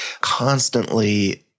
constantly